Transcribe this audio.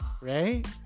Right